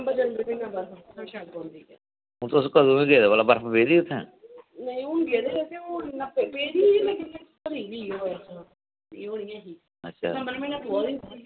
हून तुस कंदू गेदे भला बर्फ पेदी उत्थै नेई हून गेदे हून इना पेदी ही लेकिन उत्थै दिस्मबर म्हीनै पवा दी होंदी